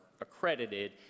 accredited